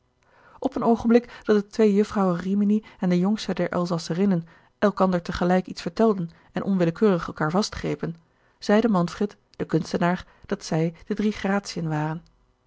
op een oogenblik dat de twee jufvrouwen rimini en de jongste der elzasserinnen elkander te gelijk iets vertelden en onwillekeurig elkaar vastgrepen zeide manfred de kunstenaar dat zij de drie gratien waren